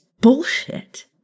bullshit